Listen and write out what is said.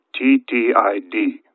T-T-I-D